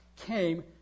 came